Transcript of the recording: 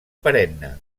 perenne